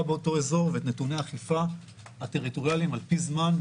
באותו אזור ואת נתוני האכיפה הטריטוריאליים על פי זמן,